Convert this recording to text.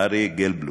אריה גלבלום,